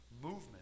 Movement